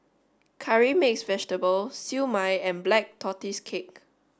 Curry Mixed Vegetable Siew Mai and Black Tortoise cake